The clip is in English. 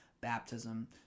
baptism